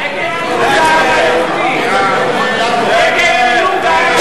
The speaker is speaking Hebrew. ההצעה להעביר את הצעת חוק הגיור הצבאי,